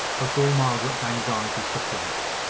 put all margaret's anxieties to flight.